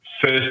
first